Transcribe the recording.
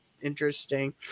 interesting